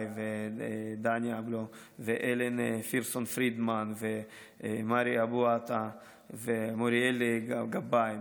ודני אבלו והלן פירסון פרידמן ומארי אבו עטה ומוריאל גבאי,